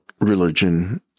religion